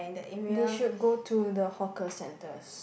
they should go to the hawker centres